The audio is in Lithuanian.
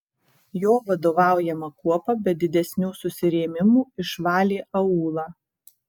jo vadovaujama kuopa be didesnių susirėmimų išvalė aūlą